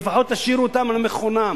או לפחות תשאירו אותם על מכונם.